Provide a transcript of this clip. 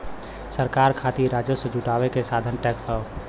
सरकार खातिर राजस्व जुटावे क साधन टैक्स हौ